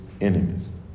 enemies